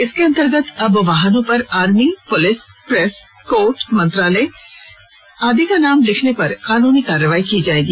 इसके अंतर्गत अब वाहनो पर आर्मी पुलिस प्रेस कोर्ट मंत्रालय आदि लिखने पर कानूनी कार्रवाई की जाएगी